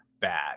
bad